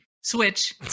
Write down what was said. Switch